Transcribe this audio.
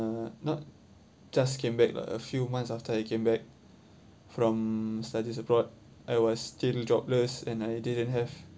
uh not just came back lah a few months after I came back from studies abroad I was still jobless and I didn't have